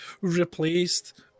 Replaced